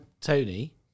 Tony